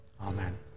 amen